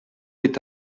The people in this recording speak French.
est